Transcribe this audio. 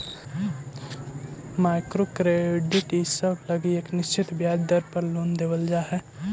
micro credit इसब लगी एक निश्चित ब्याज दर पर लोन देवल जा हई